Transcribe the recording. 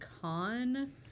con